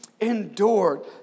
endured